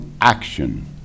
action